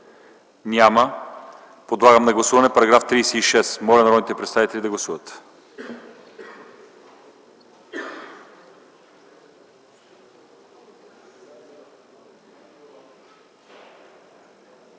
Няма. Подлагам на гласуване § 36. Моля народните представители да гласуват.